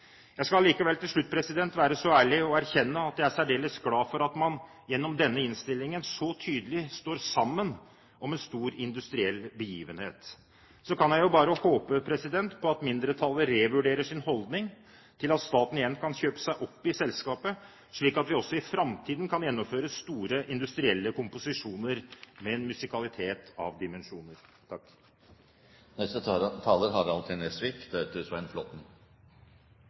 jeg tror Hydro vil sørge for i årene framover. Jeg skal helt til slutt være så ærlig å erkjenne at jeg er særdeles glad for at man gjennom denne innstillingen så tydelig står sammen om en stor industriell begivenhet. Så kan jeg jo bare håpe på at mindretallet revurderer sin holdning til at staten igjen kan kjøpe seg opp i selskapet, slik at vi også i framtiden kan gjennomføre store industrielle komposisjoner med en musikalitet av dimensjoner.